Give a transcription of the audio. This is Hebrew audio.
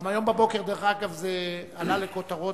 גם הבוקר, דרך אגב, זה עלה לכותרות